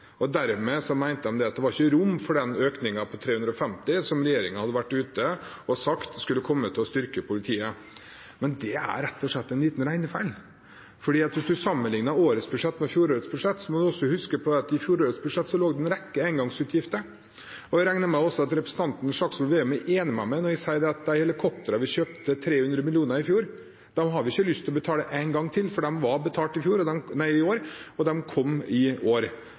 at det ikke var rom for den økningen på 350 mill. kr som regjeringen hadde vært ute og sagt skulle komme for å styrke politiet. Men det er rett og slett en liten regnefeil. Hvis man sammenligner årets budsjett med fjorårets, må man huske at i fjorårets budsjett lå en rekke engangsutgifter. Jeg regner med at også representanten Slagsvold Vedum er enig med meg når jeg sier at de helikoptrene vi kjøpte for 300 mill. kr i fjor, har vi ikke lyst til å betale en gang til for, for de er betalt i år, og de kom i år.